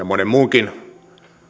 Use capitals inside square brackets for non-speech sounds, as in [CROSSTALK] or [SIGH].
[UNINTELLIGIBLE] monen muunkin